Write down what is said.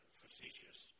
facetious